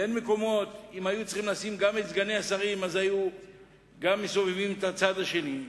ואם היו צריכים לשים גם את סגני השרים אז היו גם מסובבים את הצד השני,